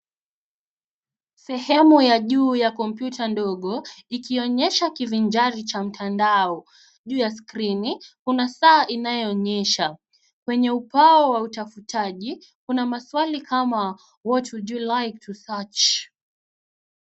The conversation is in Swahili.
Sehemu ya juu ya kompyuta ndogo, ikionyesha kivinjari cha mtandao. Juu ya skrini kuna saa inayoonyesha, kwenye upao wa utafutaji, kuna maswali kama what would you like to search ?